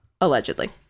Allegedly